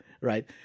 right